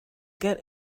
get